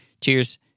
Cheers